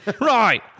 Right